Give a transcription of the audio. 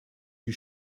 die